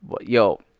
Yo